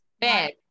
bad